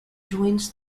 joins